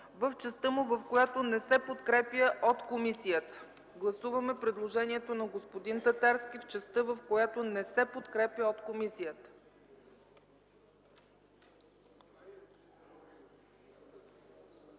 в частта му, в която не се подкрепя от комисията. Гласуваме предложението на господин Татарски в частта, в която не се подкрепя от комисията.